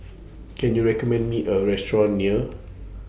Can YOU recommend Me A Restaurant near